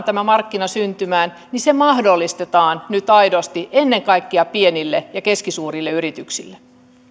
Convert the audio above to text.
tämä markkina syntymään mahdollistetaan nyt aidosti ennen kaikkea pienille ja keskisuurille yrityksille